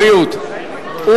אדוני סגן שר הבריאות,